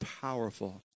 powerful